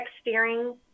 steering